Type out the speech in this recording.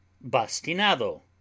Bastinado